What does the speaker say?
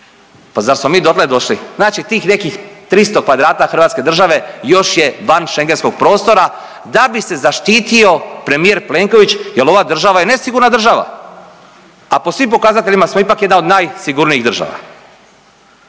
pa zar smo mi dotle došli? Znači tih nekih 300 kvadrata hrvatske države još je van schengentskog prostora da bi se zaštitio premijer Plenković jel ova država je nesigurna država, a po svim pokazateljima smo ipak jedna od najsigurnijih država.